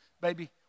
baby